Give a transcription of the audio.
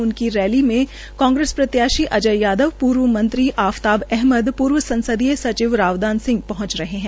उनकी रैली में कांग्रेस प्रत्याशी अजय यादव पूर्व मंत्री आफताब अहमद पूर्व संसदीय सचिव रावदान सिंह पहुंच रहे हैं